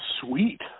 Sweet